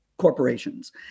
corporations